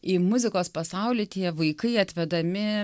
į muzikos pasaulį tie vaikai atvedami